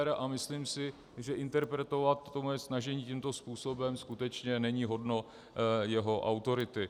To je nefér a myslím si, že interpretovat moje snažení tímto způsobem skutečně není hodno jeho autority.